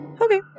Okay